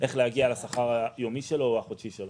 איך להגיע לשכר היומי או החודשי שלו.